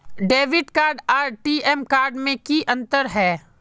Debit card आर ATM card में की अंतर है?